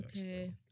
Okay